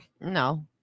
No